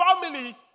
family